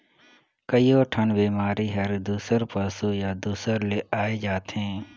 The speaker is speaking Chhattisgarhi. कयोठन बेमारी हर दूसर पसु या दूसर ले आये जाथे